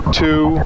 two